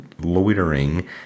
loitering